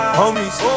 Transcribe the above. homies